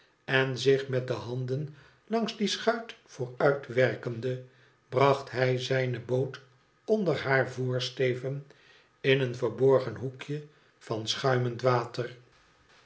en zich met de handen langs die schuit vooruitwerkende bracht hij zijne boot onder haar voorsteven in een verborgen hoekje van schuimend water